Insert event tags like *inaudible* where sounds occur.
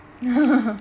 *laughs*